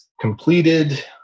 completed